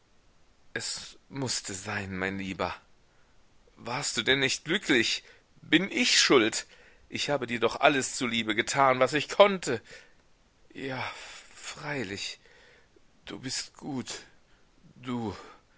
es mußte sein mein lieber warst du denn nicht glücklich bin ich schuld ich habe dir doch alles zuliebe getan was ich konnte ja freilich du bist gut du